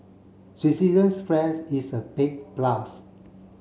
Switzerland's flag is a big plus